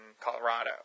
Colorado